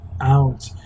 out